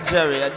Jerry